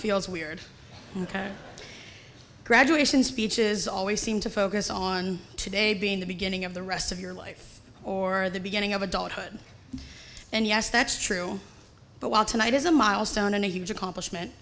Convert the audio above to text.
feels weird graduation speeches always seem to focus on today being the beginning of the rest of your life or the beginning of adulthood and yes that's true but while tonight is a milestone and a huge accomplishment